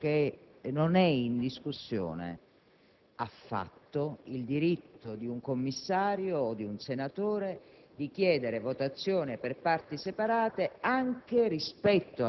perché uno dei precedenti ai quali ho fatto riferimento ha riguardato proprio me ed esattamente lei appunto il giorno 18 luglio 2006. Quindi, va benissimo.